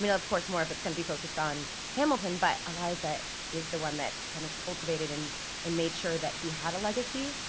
of course, more of it's gonna be focused on hamilton but eliza is the one that kind of cultivated and and made sure that he had a legacy.